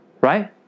Right